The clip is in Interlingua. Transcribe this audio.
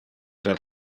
del